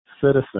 citizen